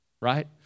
Right